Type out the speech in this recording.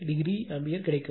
43o ampere கிடைக்கும்